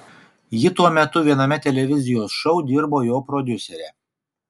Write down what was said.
ji tuo metu viename televizijos šou dirbo jo prodiusere